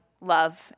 love